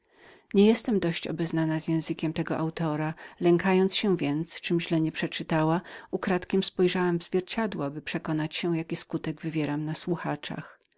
nie jestem dość obeznaną z językiem tego autora lękając się więc czylim źle nie przeczytała ukradkiem spojrzałam w zwierciadło aby przekonać się jaki skutek wywierałam na słuchaczach